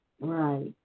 Right